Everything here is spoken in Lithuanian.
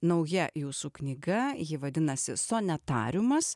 nauja jūsų knyga ji vadinasi sonetariumas